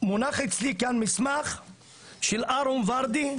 מונח אצלי כאן מסמך של אהרון ורדי,